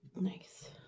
Nice